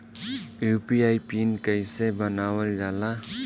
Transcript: UPI PIN कइसे बनावल जाला?